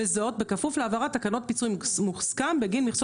וזאת בכפוף להעברת תקנות פיצוי מוסכם בגין מכסות